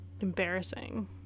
embarrassing